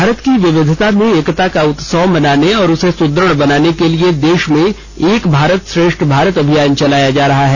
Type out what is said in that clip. भारत की विविधता में एकता का उत्सव मनाने और उसे सुदृढ़ बनाने के लिए देश में एक भारत श्रेष्ठ भारत अभियान चलाया जा रहा है